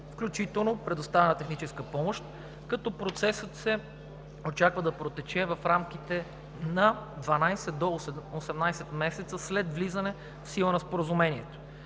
включително предоставяне на техническа помощ, като процесът се очаква да протече в рамките на 12 до 18 месеца след влизане в сила на Споразумението.